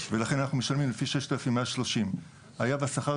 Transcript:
ולכן אנחנו משלמים לפי 6,130. היה והשכר